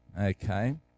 Okay